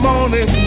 Morning